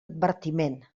advertiment